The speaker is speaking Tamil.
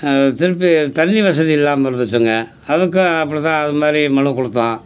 திருப்பி தண்ணி வசதி இல்லாமல் இருந்துச்சுங்க அதுக்கும் அப்படி தான் அது மாதிரி மனு கொடுத்தோம்